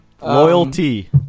Loyalty